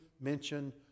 mention